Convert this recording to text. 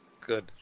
Good